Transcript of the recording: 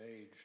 age